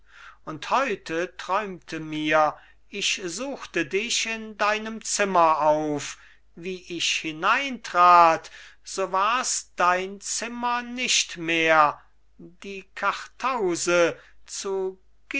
und heute träumte mir ich suchte dich in deinem zimmer auf wie ich hineintrat so wars dein zimmer nicht mehr die kartause zu